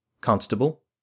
Constable